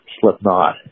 Slipknot